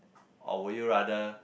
or will you rather